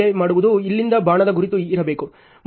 ಇಲ್ಲಿಂದ ಬಾಣದ ಗುರುತು ಇರಬೇಕು